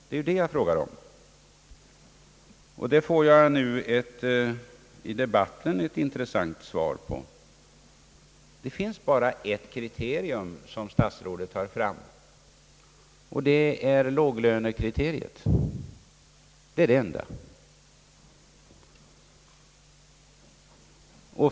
Det är det jag frågar om, och där får jag nu i debatten ett intressant svar. Det finns bara ett enda kriterium som statsrådet tar fram, och det är låglönekriteriet. Det är det enda.